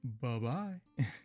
bye-bye